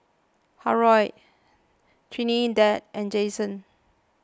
Harold Trinidad and Jensen